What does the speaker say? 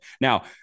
now